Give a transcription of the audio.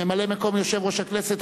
ממלא-מקום יושב-ראש הכנסת,